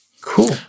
Cool